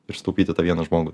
ir sutaupyti tą vieną žmogų